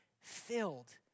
filled